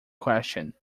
question